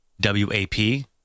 W-A-P